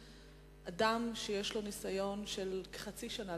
אדם שיש לו ניסיון של כחצי שנה,